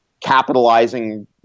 capitalizing